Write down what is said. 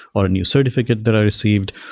or a new certificate that i received,